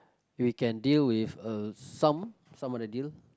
we can deal with uh some some of the deal